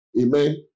Amen